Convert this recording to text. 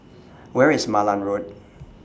Where IS Malan Road